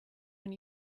when